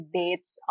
dates